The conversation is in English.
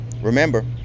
Remember